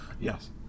Yes